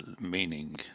meaning